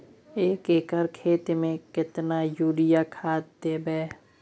एक एकर खेत मे केतना यूरिया खाद दैबे?